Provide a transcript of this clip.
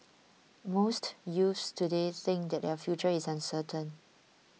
most youths today think that their future is uncertain